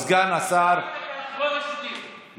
מכבד אותי כאחרון הבריונים,